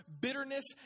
bitterness